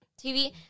TV